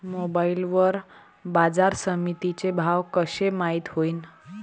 Mobile वर बाजारसमिती चे भाव कशे माईत होईन?